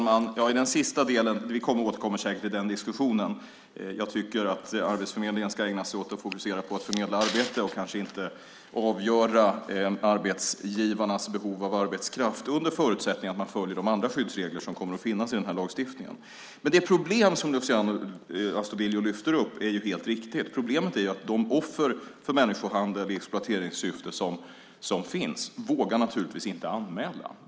Herr talman! Vi återkommer säkert till diskussionen om den sista delen. Jag tycker att Arbetsförmedlingen ska ägna sig åt att fokusera på att förmedla arbeten och inte avgöra arbetsgivarnas behov av arbetskraft, under förutsättning att man följer de andra skyddsregler som kommer att finnas i lagstiftningen. Det som Luciano Astudillo lyfter fram är helt riktigt ett problem. Problemet är att de offer för människohandel i exploateringssyfte som finns naturligtvis inte vågar anmäla.